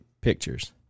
pictures